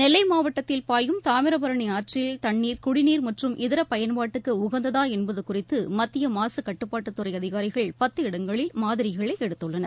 நெல்லை மாவட்டத்தில் பாயும் தாமிரபரணி ஆற்றில் தண்ணீர் குடிநீர் மற்றும் இதர பயன்பாட்டுக்கு உகந்ததா என்பது குறித்து மத்திய மாசுக்கட்டுப்பாட்டு துறை அதிகாரிகள் பத்து இடங்களில் மாதிரிகளை எடுத்துள்ளனர்